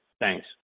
Thanks